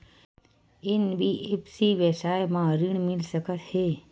NBFC व्यवसाय मा ऋण मिल सकत हे